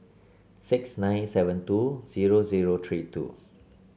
six nine seven two zero zero three two